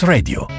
Radio